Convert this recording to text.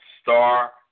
star